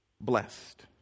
blessed